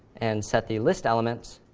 and set the list elements